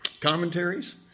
commentaries